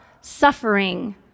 suffering